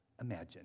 Imagine